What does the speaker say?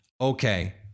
okay